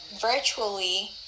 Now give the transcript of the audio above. virtually